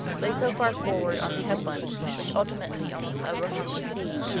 lay so far forward on the headland, which ultimately almost overhung the sea,